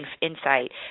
insight